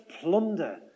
plunder